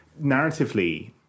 narratively